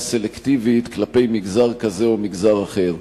סלקטיבית כלפי מגזר כזה או מגזר אחר.